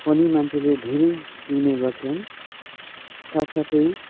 पनि मान्छेले धेरै पिउने गर्छन् साथ साथै